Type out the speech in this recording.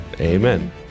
Amen